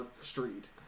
street